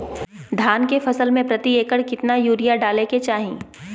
धान के फसल में प्रति एकड़ कितना यूरिया डाले के चाहि?